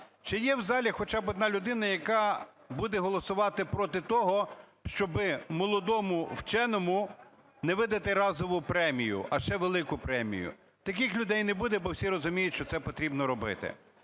Чи є в залі хоча б одна людина, яка буде голосувати проти того, щоб молодому вченому не видати разову премію, а ще велику премію? Таких людей не буде, бо всі розуміють, що це потрібно робити.